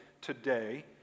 today